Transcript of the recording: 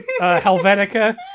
Helvetica